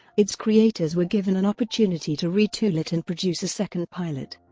its creators were given an opportunity to retool it and produce a second pilot.